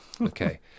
Okay